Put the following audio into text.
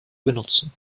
benutzen